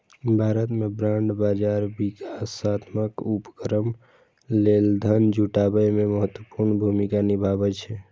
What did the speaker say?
भारत मे बांड बाजार विकासात्मक उपक्रम लेल धन जुटाबै मे महत्वपूर्ण भूमिका निभाबै छै